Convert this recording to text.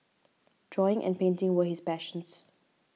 drawing and painting were his passions